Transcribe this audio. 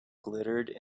glittered